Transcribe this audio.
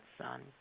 son